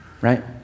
right